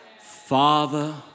Father